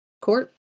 court